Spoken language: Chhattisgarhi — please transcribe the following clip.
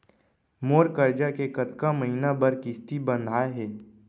मोर करजा के कतका महीना बर किस्ती बंधाये हे?